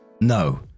No